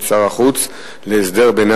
מס' 4913: תוכנית שר החוץ להסדר ביניים.